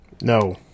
No